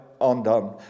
undone